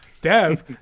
Dev